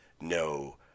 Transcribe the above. no